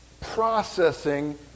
processing